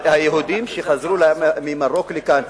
אבל היהודים שחזרו ממרוקו לכאן,